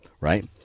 right